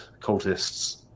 cultists